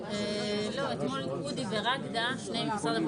ואז גם יוצרים מסלול,